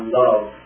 love